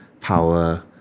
power